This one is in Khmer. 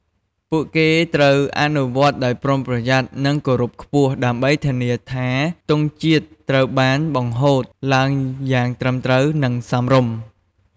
ពួកគេត្រូវអនុវត្តដោយប្រុងប្រយ័ត្ន និងគោរពខ្ពស់ ដើម្បីធានាថាទង់ជាតិត្រូវបានបង្ហូតឡើងយ៉ាងត្រឹមត្រូវ និងសមរម្យ។